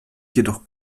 jedoch